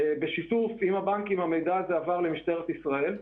בשיתוף עם הבנקים המידע הזה הועבר למשטרת ישראל,